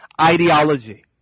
ideology